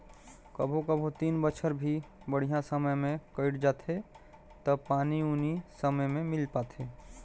कभों कभों तीन बच्छर भी बड़िहा समय मे कइट जाथें त पानी उनी समे मे मिल पाथे